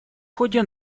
ходе